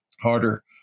harder